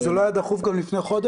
וזה לא היה דחוף גם לפני חודש?